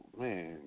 man